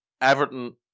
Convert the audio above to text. Everton